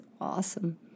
awesome